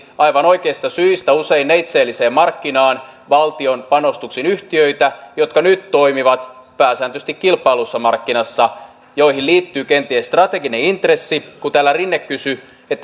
aivan oikeista syistä usein neitseelliseen markkinaan valtion panostuksin yhtiöitä jotka nyt toimivat pääsääntöisesti kilpaillussa markkinassa joihin liittyy kenties strateginen intressi kun täällä rinne kysyi